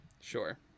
Sure